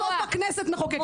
אבל בסוף הכנסת מחוקקת,